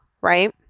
Right